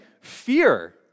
fear